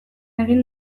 egin